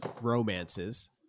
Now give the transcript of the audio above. romances